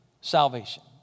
salvation